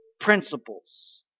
principles